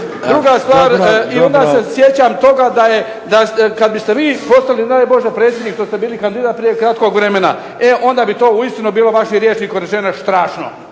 Druga stvar, onda se sjećam toga kad biste vi postali ne daj Bože predsjednik što ste bili kandidat prije kratkog vremena, e onda bi to uistinu bilo vašim rječnikom rečeno štrašno.